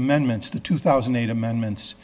amendments the two thousand and eight amendments